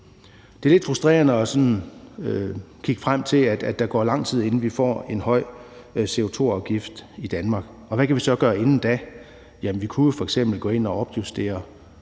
Det er lidt frustrerende sådan at kigge frem mod, at der går lang tid, før vi får en høj CO2-afgift i Danmark. Hvad kan vi så gøre inden da? Vi kunne jo f.eks. gå ind og opjustere